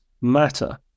matter